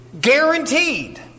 guaranteed